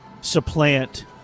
supplant